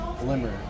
glimmer